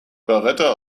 beretta